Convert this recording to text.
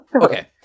Okay